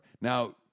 Now